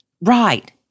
Right